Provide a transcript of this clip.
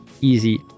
easy